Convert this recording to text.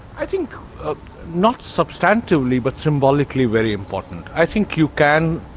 i think not substantively, but symbolically very important. i think you can.